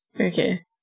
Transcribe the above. Okay